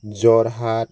Jorhat